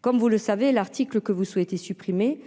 comme vous le savez l'article que vous souhaitez supprimer